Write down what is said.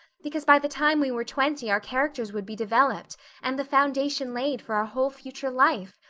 because by the time we were twenty our characters would be developed and the foundation laid for our whole future life.